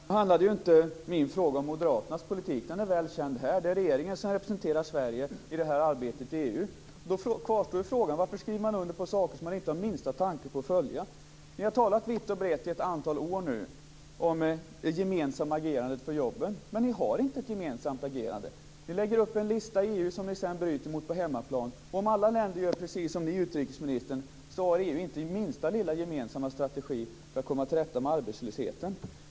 Fru talman! Nu handlade ju inte min fråga om Moderaternas politik. Den är väl känd här. Det är regeringen som representerar Sverige i det här arbetet i EU. Frågan kvarstår: Varför skriver man under på saker som man inte har minsta tanke på att följa? Ni har talat vitt och brett i ett antal år om det gemensamma agerandet för jobben. Men ni har inte ett gemensamt agerande. Ni lägger upp en lista i EU som ni sedan bryter mot på hemmaplan. Om alla länder gör precis som ni, utrikesministern, har EU inte den minsta lilla gemensamma strategi för att komma till rätta med arbetslösheten.